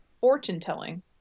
fortune-telling